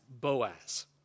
Boaz